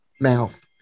mouth